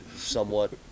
somewhat